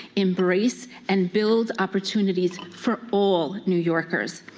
embrace, and build opportunities for all new yorkers.